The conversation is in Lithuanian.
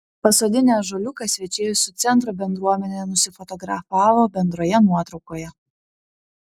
pasodinę ąžuoliuką svečiai su centro bendruomene nusifotografavo bendroje nuotraukoje